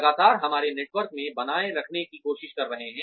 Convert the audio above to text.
लगातार हमारे नेटवर्क को बनाए रखने की कोशिश कर रहे है